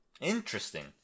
Interesting